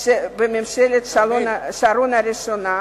בממשלת שרון הראשונה,